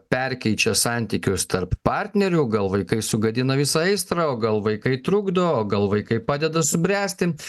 perkeičia santykius tarp partnerių o gal vaikai sugadina visą aistrą o gal vaikai trukdo o gal vaikai padeda subręsti